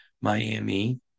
Miami